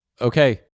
Okay